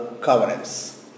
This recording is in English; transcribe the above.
covenants